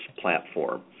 platform